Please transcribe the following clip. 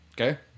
Okay